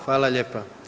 Hvala lijepa.